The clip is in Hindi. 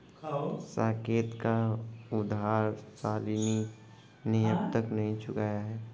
साकेत का उधार शालिनी ने अब तक नहीं चुकाया है